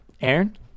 aaron